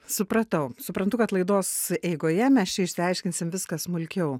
supratau suprantu kad laidos eigoje mes čia išsiaiškinsim viską smulkiau